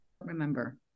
remember